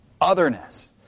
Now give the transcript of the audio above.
otherness